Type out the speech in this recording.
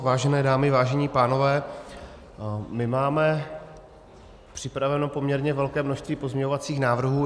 Vážené dámy, vážení pánové, my máme připraveno poměrně velké množství pozměňovacích návrhů.